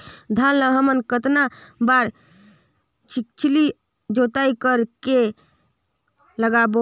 धान ला हमन कतना बार छिछली जोताई कर के लगाबो?